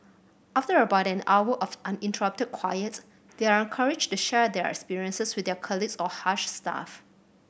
after about an hour of uninterrupted they are encouraged to share their experiences with their colleagues or Hush staff